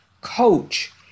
coach